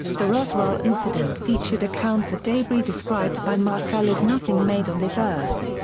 the roswell incident featured accounts of debris described by marcel as nothing made on this earth.